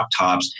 laptops